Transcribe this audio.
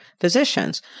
physicians